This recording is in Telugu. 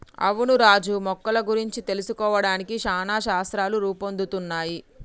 అవును రాజు మొక్కల గురించి తెలుసుకోవడానికి చానా శాస్త్రాలు రూపొందుతున్నయ్